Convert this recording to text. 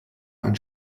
einen